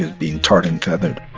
ah being tarred and feathered